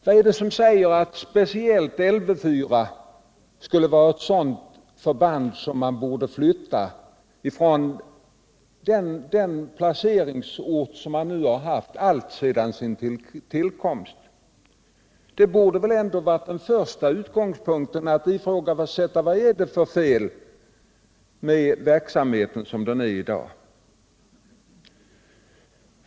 Vad är det som säger att speciellt Lv 4 skulle vara ett sådant förband som bör flyttas från den placeringsort det har haft alltsedan sin tillkomst? Det borde ändå ha varit den första utgångspunkten att fråga vad det är för fel med verksamheten som den är i dag.